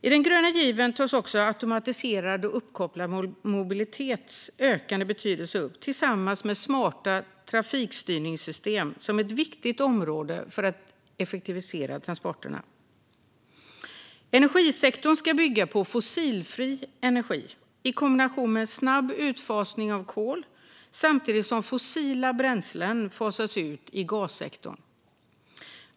I den gröna given tas också automatiserad och uppkopplad mobilitets ökande betydelse upp tillsammans med smarta trafikstyrningssystem som ett viktigt område för att effektivisera transporterna. Energisektorn ska bygga på fossilfri energi, i kombination med en snabb utfasning av kol, samtidigt som fossila bränslen fasas ut i gassektorn.